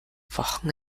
wochen